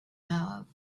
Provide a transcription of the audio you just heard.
mouth